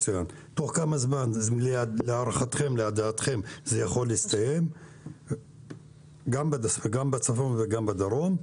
תוך כמה זמן להערכתכם זה יכול להסתיים גם בצפון וגם בדרום?